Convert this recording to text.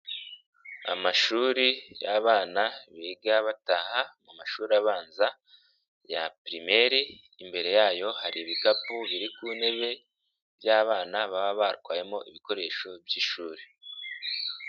Amashuri y'abana biga bataha mu mashuri abanza ya pirimeri, imbere yayo hari ibikapu biri ku ntebe by'abana baba batwayemo ibikoresho by'ishuri.